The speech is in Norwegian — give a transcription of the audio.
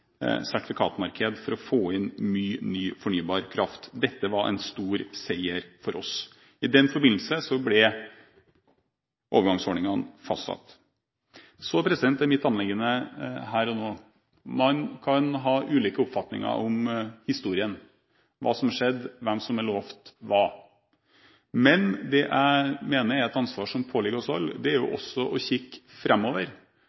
for å få inn mye ny fornybar kraft. Dette var en stor seier for oss. I den forbindelse ble overgangsordningene fastsatt. Mitt anliggende her og nå er at man kan ha ulike oppfatninger om historien, hva som skjedde, hvem som er lovet hva, men det jeg mener er et ansvar som påligger oss alle, er også å kikke framover. Det opposisjonen er